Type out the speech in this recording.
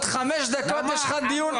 על קיום הדיון הזה.